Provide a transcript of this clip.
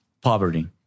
Poverty